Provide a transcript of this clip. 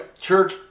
church